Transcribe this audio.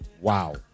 Wow